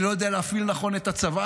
אני לא יודע להפעיל נכון את הצבא,